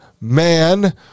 man